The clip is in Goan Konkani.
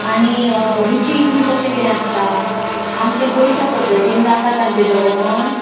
आनी रुचीक बी कशें कितें आसता आमच्या गोंयच्या पद्दतीन जाता तांचें जेवण